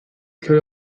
köy